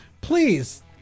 Please